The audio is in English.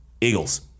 Eagles